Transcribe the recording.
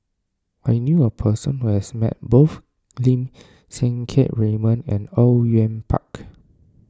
I knew a person who has met both Lim Siang Keat Raymond and Au Yue Pak